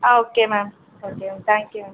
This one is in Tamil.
ah okay ma'am okay ma'am thank you ma'am